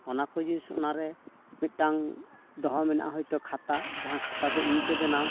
ᱚᱱᱟ ᱠᱚ ᱡᱤᱱᱤᱥ ᱚᱱᱟᱨᱮ ᱢᱤᱫᱴᱟᱝ ᱫᱚᱦᱚ ᱢᱮᱱᱟᱜᱼᱟ ᱦᱳᱭᱛᱚ ᱠᱷᱟᱛᱟ ᱡᱟᱦᱟᱸ ᱠᱷᱟᱛᱟ ᱫᱚ ᱤᱧ ᱛᱮ ᱵᱮᱱᱟᱣ